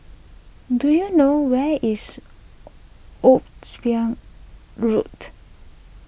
do you know where is Road